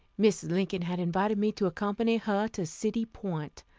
mrs. lincoln had invited me to accompany her to city point.